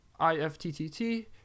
iFTTT